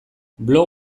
blog